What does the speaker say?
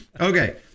Okay